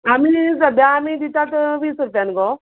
आमी सद्द्या आमी दितात वीस रुपयान गो